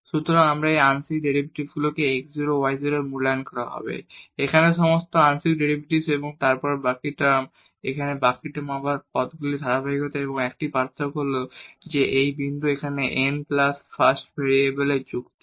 সুতরাং এই আংশিক ডেরিভেটিভগুলিকে x 0 y 0 এ মূল্যায়ন করা হবে এখানে সমস্ত আংশিক ডেরিভেটিভস এবং তারপর বাকি টার্ম এখানে বাকি টার্ম যা আবার এই পদগুলির ধারাবাহিকতা এবং একমাত্র পার্থক্য হল যে এই বিন্দু এখানে n প্লাস 1ম ডেরিভেটিভের যুক্তি